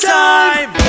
time